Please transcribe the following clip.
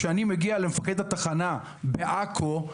כשאני מגיע למפקד התחנה בעכו העתיקה,